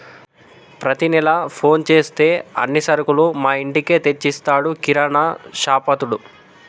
ప్రతి నెల ఫోన్ చేస్తే అన్ని సరుకులు మా ఇంటికే తెచ్చిస్తాడు కిరాణాషాపతడు